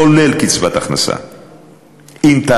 כולל השלמת הכנסה.